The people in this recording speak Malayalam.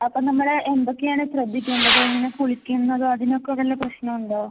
അപ്പോൾ നമ്മൾ എന്തൊക്കെയാണ് ശ്രദ്ധിക്കേണ്ടത് ഇങ്ങനെ കുളിക്കുന്നതോ അതിനൊക്കെ വല്ല പ്രശ്നമുണ്ടോ